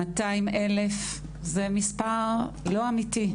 200,000 זה מספר לא אמיתי,